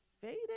faded